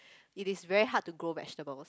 it is very hard to grow vegetables